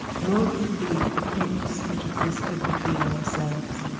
nor could the acquaintance which existed between ourselves